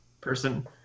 person